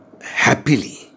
happily